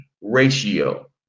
ratio